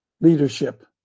leadership